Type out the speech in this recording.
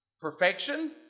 Perfection